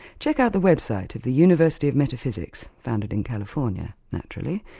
check out the website of the university of metaphysics, founded in california actually,